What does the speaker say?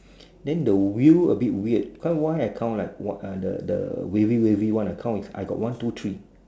then the wheel a bit weird quite why I count like what the the wavy wavy one I count is I got one two three